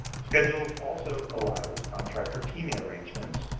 schedules also allows contractor teaming arrangements,